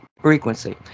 frequency